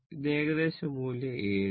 ഇത് ഏകദേശ മൂല്യം 7